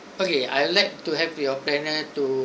okay I'd like to have your planner to~